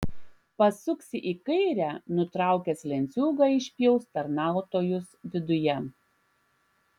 pasuksi į kairę nutraukęs lenciūgą išpjaus tarnautojus viduje